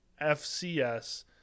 fcs